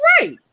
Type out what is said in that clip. right